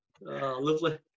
lovely